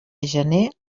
gener